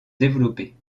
développer